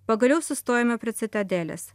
pagaliau sustojome prie citadelės